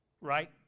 right